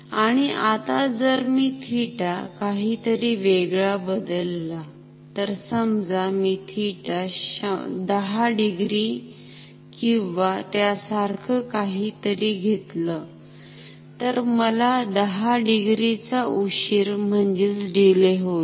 आणि आता जर मी थिटा काहीतरी वेगळा बदलला तर समजा मी थिटा 10 डिग्री किंवा त्यासारखं काहीतरी घेतलं तर मला 10 डिग्री चा उशीर म्हणजेच डीले होईल